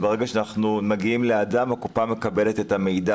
שברגע שאנחנו מגיעים לאדם הקופה מקבלת את המידע